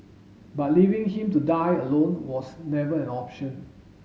but leaving him to die alone was never an option